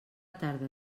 tarda